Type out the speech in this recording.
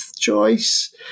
choice